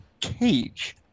cage